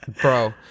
Bro